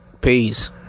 peace